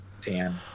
tan